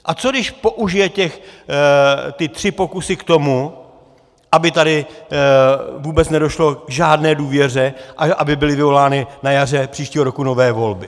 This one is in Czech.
A co když použije ty tři pokusy k tomu, aby tady vůbec nedošlo k žádné důvěře, ale aby byly vyvolány na jaře příštího roku nové volby?